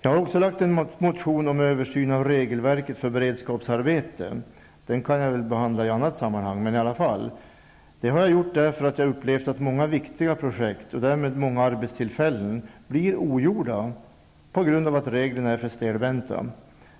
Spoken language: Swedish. Jag har också väckt en motion om översyn av regelverket för beredskapsarbeten. Den kan jag behandla i annat sammanhang, men jag vill i alla fall nämna den här. Jag har väckt motionen därför att jag har upplevt att många viktiga projekt, och därmed många arbetstillfällen, inte blir genomförda på grund av att reglerna är för stelbenta.